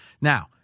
Now